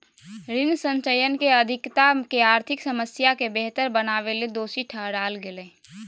ऋण संचयन के अधिकता के आर्थिक समस्या के बेहतर बनावेले दोषी ठहराल गेलय